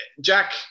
Jack